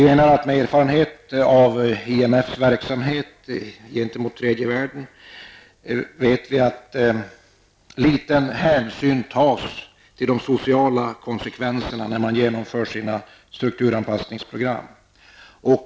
Genom erfarenheterna av IMFs verksamhet gentemot tredje världen vet vi att liten hänsyn tas till de sociala konsekvenserna när strukturanpassningsprogram genomförs.